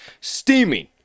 steaming